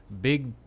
big